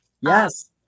Yes